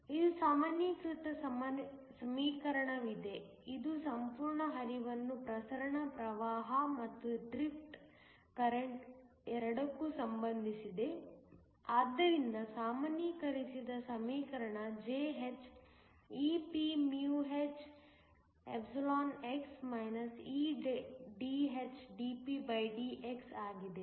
ಒಂದು ಸಾಮಾನ್ಯೀಕೃತ ಸಮೀಕರಣವಿದೆ ಇದು ಸಂಪೂರ್ಣ ಹರಿವನ್ನು ಪ್ರಸರಣ ಪ್ರವಾಹ ಮತ್ತು ಡ್ರಿಫ್ಟ್ ಕರೆಂಟ್ ಎರಡಕ್ಕೂ ಸಂಬಂಧಿಸಿದೆ ಆದ್ದರಿಂದ ಸಾಮಾನ್ಯೀಕರಿಸಿದ ಸಮೀಕರಣJh ephx eDhdpdx ಆಗಿದೆ